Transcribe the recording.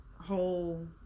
whole